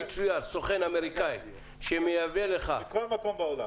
לו יצויר סוכן אמריקאי שמייבא לך -- מכל מקום בעולם.